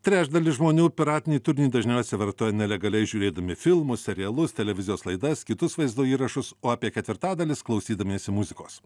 trečdalis žmonių piratinį turinį dažniausiai vartoja nelegaliai žiūrėdami filmus serialus televizijos laidas kitus vaizdo įrašus o apie ketvirtadalis klausydamiesi muzikos